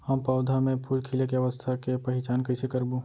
हम पौधा मे फूल खिले के अवस्था के पहिचान कईसे करबो